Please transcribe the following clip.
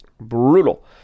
brutal